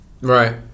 Right